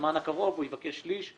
שבזמן הקרוב הוא יבקש שליש.